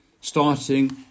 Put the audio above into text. starting